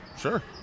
sure